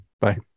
Bye